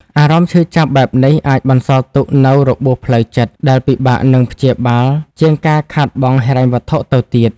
អារម្មណ៍ឈឺចាប់បែបនេះអាចបន្សល់ទុកនូវរបួសផ្លូវចិត្ត ដែលពិបាកនឹងព្យាបាលជាងការខាតបង់ហិរញ្ញវត្ថុទៅទៀត។